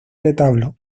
retablo